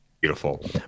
beautiful